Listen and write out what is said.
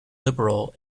liberal